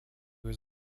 was